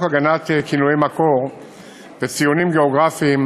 הגנת כינויי מקור וציונים גיאוגרפיים,